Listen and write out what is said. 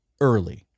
early